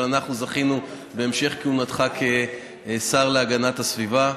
אנחנו זכינו בהמשך כהונתך כשר להגנת הסביבה,